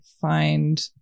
find